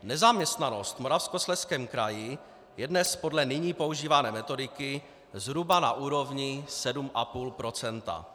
Nezaměstnanost v Moravskoslezském kraji je dnes podle nyní používané metodiky zhruba na úrovni 7,5 %.